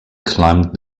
climbed